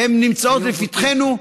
והן נמצאות לפתחנו,